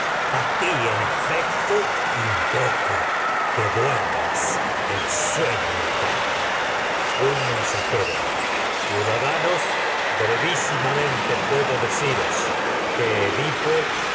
a ti en efecto invoco que duermes el sue ño un mensajero do ciudadanos brevísimamente pero pue deciros que edipo